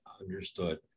Understood